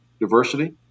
diversity